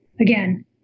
Again